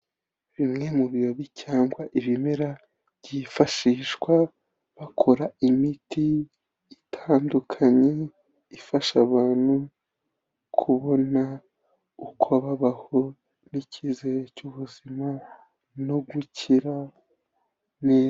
Bimwe mu bibabi cyangwa ibimera byifashishwa bakora imiti itandukanye ifasha abantu kubona uko babaho n'icyizere cy'ubuzima no gukira neza.